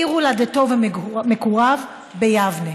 בעיר הולדתו ומגוריו, ביבנה.